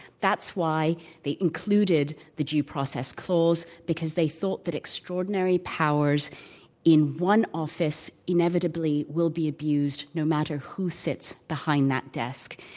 that's why they included the due process clause, because they thought that extraordinary powers in one office inevitably will be abused no matter who sits behind that desk.